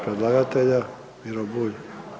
predlagatelja Miro Bulj.